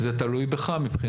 מבחינתי זה תלוי בך.